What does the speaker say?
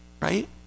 Right